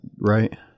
right